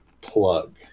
plug